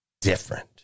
different